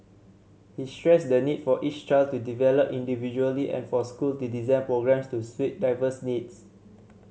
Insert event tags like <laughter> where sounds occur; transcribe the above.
he stressed the need for each child to develop individually and for school <unintelligible> design programmes to suit diverse needs